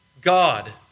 God